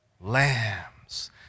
lambs